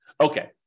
Okay